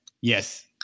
yes